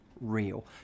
real